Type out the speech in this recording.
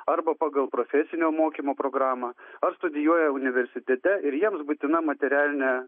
arba pagal profesinio mokymo programą ar studijuoja universitete ir jiems būtina materialinė